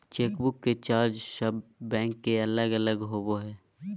chequebook के charge सब bank के अलग अलग होबा हइ